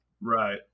Right